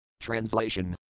Translation